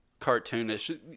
cartoonish